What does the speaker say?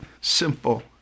simple